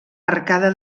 arcada